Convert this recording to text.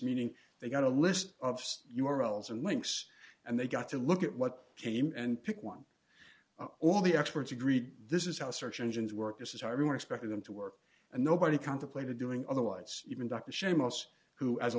meaning they got a list of u r l's and links and they got to look at what came and picked one all the experts agreed this is how search engines work this is how everyone expected them to work and nobody contemplated doing otherwise even dr seamus who as a